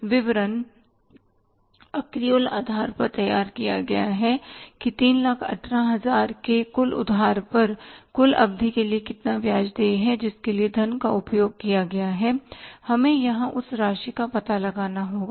यह विवरण अक्रियूल आधार पर तैयार किया गया है कि 318000 के कुल उधार पर कुल अवधि के लिए कितना ब्याज देय है जिसके लिए धन का उपयोग किया गया है हमें यहां उस राशि का पता लगाना होगा